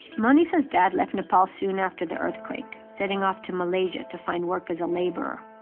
manisha's dad left nepal soon after the earthquake, setting off to malaysia to find work as a laborer.